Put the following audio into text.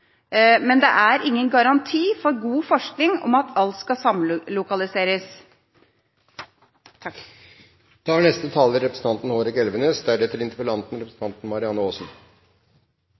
Men det er ingen garanti for god forskning om alt skal samlokaliseres.